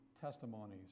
testimonies